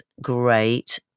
great